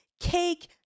cake